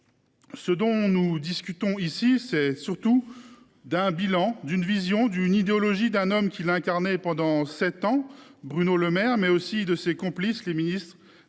Ce dont nous discutons ici, c’est surtout du bilan, d’une vision, d’une idéologie d’un homme qui l’a incarnée pendant sept ans, Bruno Le Maire, sans oublier ses complices : les ministres